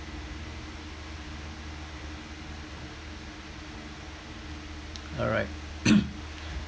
alright